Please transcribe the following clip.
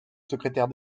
secrétaire